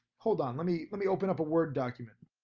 hold on, lemme lemme open up a word document.